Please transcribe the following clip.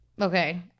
Okay